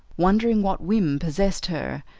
wondering what whim possessed her,